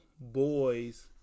boys